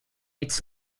its